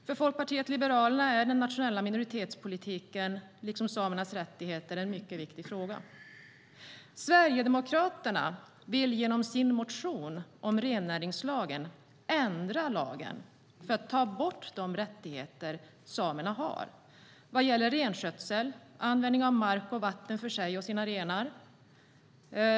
För Folkpartiet liberalerna är den nationella minoritetspolitiken liksom samernas rättigheter mycket viktiga frågor. Sverigedemokraterna vill genom sin motion om rennäringslagen ändra lagen för att ta bort de rättigheter som samerna har vad gäller renskötsel samt användning av mark och vatten för dem själva och deras renar.